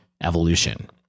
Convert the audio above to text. evolution